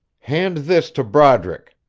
hand this to broderick,